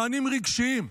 מענים רגשיים,